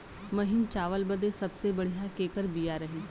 महीन चावल बदे सबसे बढ़िया केकर बिया रही?